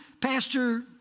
pastor